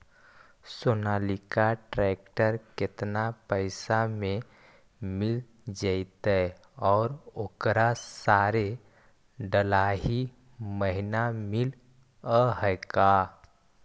Sonalika tractor केतना पैसा में मिल जइतै और ओकरा सारे डलाहि महिना मिलअ है का?